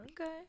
Okay